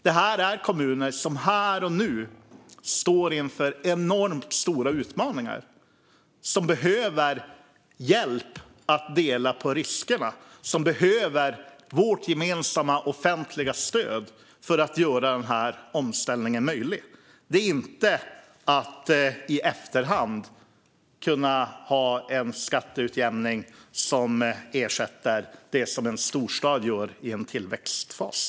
Det är kommuner som här och nu står inför enormt stora utmaningar. De behöver hjälp att dela på riskerna och vårt gemensamma offentliga stöd för att göra omställningen möjlig. Det handlar inte om att i efterhand kunna ha en skatteutjämning som ersätter det som en storstad gör i en tillväxtfas.